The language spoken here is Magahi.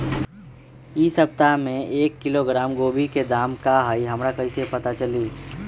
इ सप्ताह में एक किलोग्राम गोभी के दाम का हई हमरा कईसे पता चली?